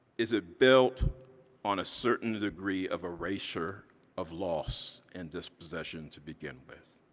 is it built on a certain degree of erasure of loss and dispossession to begin with?